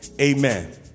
amen